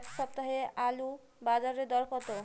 এ সপ্তাহে আলুর বাজারে দর কত?